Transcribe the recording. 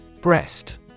Breast